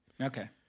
Okay